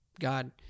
God